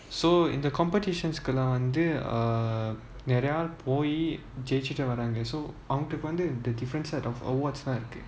so in the competitions வந்துநெறயபொய்ஜெய்ச்சிட்டுவராங்க:vanthu niraiya perujeichitu varanga so அவங்களுக்குலாம்வந்து:avangalukulam vanthu different set of awards lah இருக்கு:iruku